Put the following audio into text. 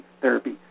therapy